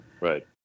Right